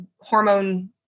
hormone